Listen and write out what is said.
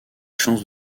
chances